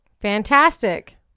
Fantastic